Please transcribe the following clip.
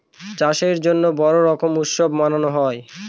চাষের জন্য বড়ো রকম উৎসব মানানো হয়